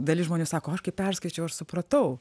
dalis žmonių sako aš kai perskaičiau aš supratau